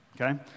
Okay